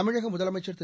தமிழக முதலமைச்சர் திரு